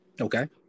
Okay